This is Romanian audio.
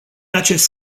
acest